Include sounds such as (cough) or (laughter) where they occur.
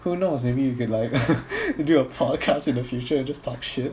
who knows maybe you could like (laughs) do a podcast in the future just talk shit